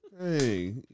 Hey